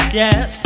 yes